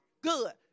good